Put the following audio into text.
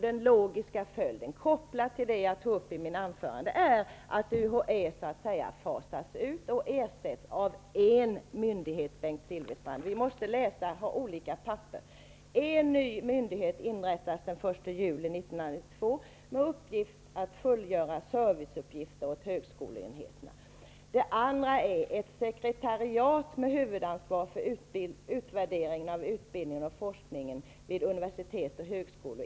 Den logiska följden kopplat till det som jag tog upp i mitt anförande är då att UHÄ så att säga fasas ut och ersätts med en myndighet, Bengt Silfverstrand -- vi måste läsa från olika papper. En ny myndighet skall inrättas den 1 juli 1992 med uppgift att fullgöra serviceuppgifter åt högskoleenheterna. Det andra som skall inrättas är ett sekretariat med huvudansvar för utvärdering av utbildningen och forskningen vid universitet och högskolor.